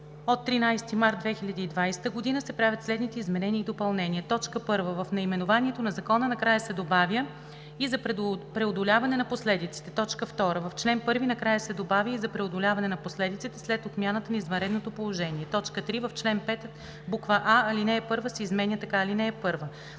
и 38 от 2020 г.), се правят следните изменения и допълнения: 1. В наименованието на закона накрая се добавя „и за преодоляване на последиците“. 2. В чл. 1 накрая се добавя „и за преодоляване на последиците след отмяната на извънредното положение“. 3. В чл. 5: а) алинея 1 се изменя така: „(1)